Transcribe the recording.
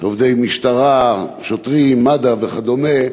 עובדי משטרה, שוטרים, מד"א וכדומה,